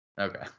Okay